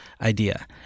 idea